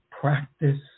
practice